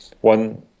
one